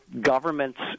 governments